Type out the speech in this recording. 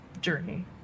journey